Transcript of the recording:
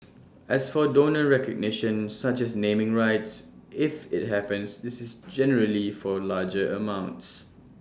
as for donor recognition such as naming rights if IT happens this is generally for larger amounts